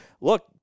look